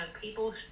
people